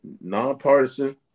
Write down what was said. nonpartisan